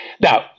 Now